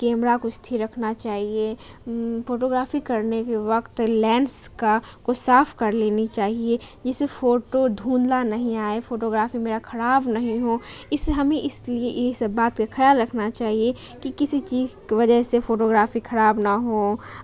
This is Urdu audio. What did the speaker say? کیمرہ کو استھر رکھنا چاہیے فوٹوگرافی کرنے کے وقت لینس کا کو صاف کر لینی چاہیے جس سے فوٹو دھندلا نہیں آئے فوٹوگرافی میرا خراب نہیں ہو اس سے ہمیں اس لیے یہ سب بات کا خیال رکھنا چاہیے کہ کسی چیز کی وجہ سے فوٹوگرافی خراب نہ ہو